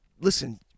listen